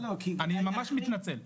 אני ממש מתנצל.